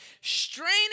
straining